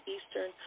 Eastern